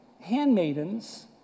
handmaidens